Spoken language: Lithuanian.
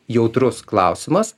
jautrus klausimas